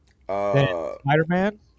spider-man